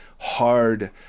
Hard